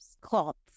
cloths